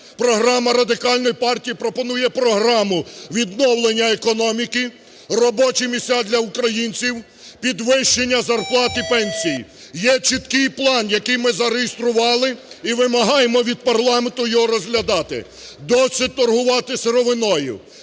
програма Радикальної партії пропонує програму відновлення економіки, робочі місця для українців, підвищення зарплат і пенсій. Є чіткий план, який ми зареєстрували і вимагаємо від парламенту його розглядати. Досить торгувати сировиною,